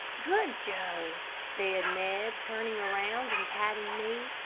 good joe, said ned, turning around and patting me,